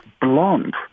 blonde